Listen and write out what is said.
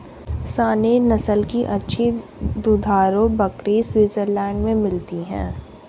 Saanen नस्ल की अच्छी दुधारू बकरी स्विट्जरलैंड में मिलती है